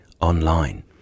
online